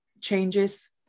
changes